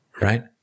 Right